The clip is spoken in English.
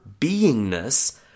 beingness